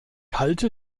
halte